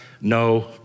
no